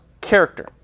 character